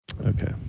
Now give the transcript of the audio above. Okay